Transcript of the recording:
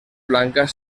blancas